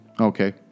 Okay